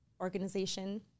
organization